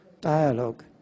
dialogue